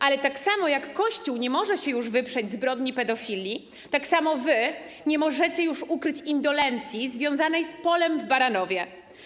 Ale tak samo jak Kościół nie może się już wyprzeć zbrodni pedofilii, tak samo wy nie możecie już ukryć indolencji związanej z polem w Baranowie.